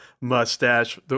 mustache